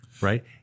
right